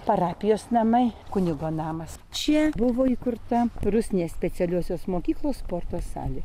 parapijos namai kunigo namas čia buvo įkurta rusnės specialiosios mokyklos sporto salė